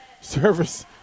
Service